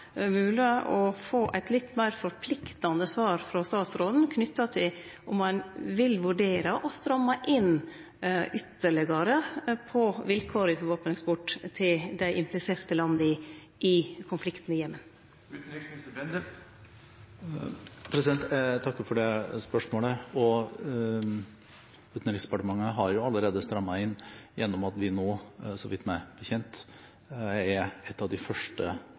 å få eit litt meir forpliktande svar frå statsråden knytt til om ein vil vurdere å stramme inn ytterlegare på vilkåra for våpeneksport til dei impliserte landa i konflikten i Jemen? Jeg takker for spørsmålet. Utenriksdepartementet har allerede strammet inn gjennom at vi nå, meg bekjent, er et av de første